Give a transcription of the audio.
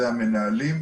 אלה המנהלים,